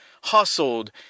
hustled